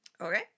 Okay